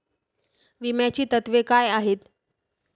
विम्याची तत्वे काय आहेत?